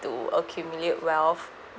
to accumulate wealth